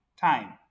time